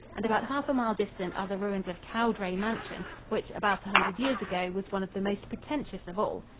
and about half a mile distant are the ruins of cowdray mansion, which about hundred years ago was one of the most pretentious of all.